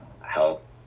help